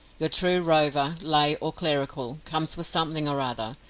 your true rover, lay or clerical, comes for something or other,